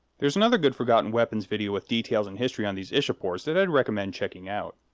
there's another good forgotten weapons video with details and history on these ishapores that i'd recommend checking out.